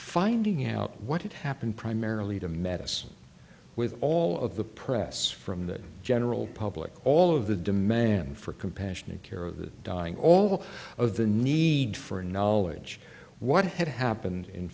finding out what had happened primarily to medicine with all of the press from the general public all of the demand for compassionate care of the dying all of the need for knowledge what had happened in